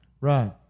right